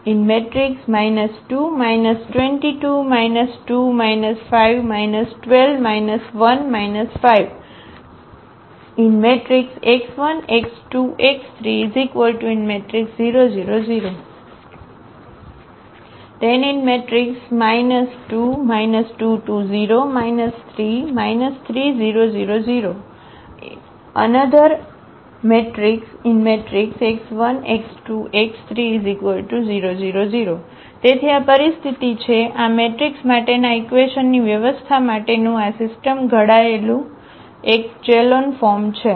2 2 2 2 5 1 2 1 5 x1 x2 x3 0 0 0 2 2 2 0 3 3 0 0 0 x1 x2 x3 0 0 0 તેથી આ પરિસ્થિતિ છે આ મેટ્રિક્સ માટેના ઈક્વેશનની વ્યવસ્થા માટેનું આ સિસ્ટમ ઘટાડેલું એકચેલોન ફોર્મ છે